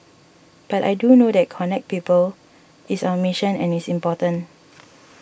but I do know that connect people is our mission and it's important